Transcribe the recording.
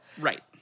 Right